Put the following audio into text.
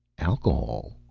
alcohol?